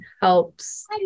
helps